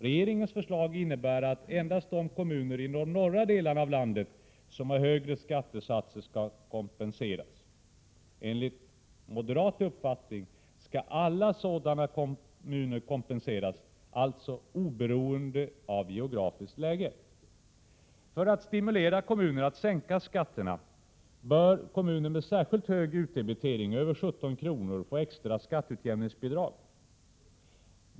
Regeringens förslag innebär att endast de kommuner i de norra delarna av landet som har högre skattesatser skall kompenseras. Enligt moderat uppfattning skall alla sådana kommuner kompenseras, oberoende av geografiskt läge. För att stimulera kommuner att sänka skatterna bör kommuner med särskilt hög utdebitering, över 17 kr., få extra skatteutjämningsbidrag.